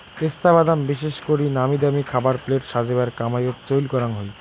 পেস্তা বাদাম বিশেষ করি নামিদামি খাবার প্লেট সাজেবার কামাইয়ত চইল করাং হই